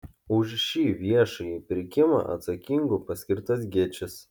už šį viešąjį pirkimą atsakingu paskirtas gečis